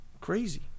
crazy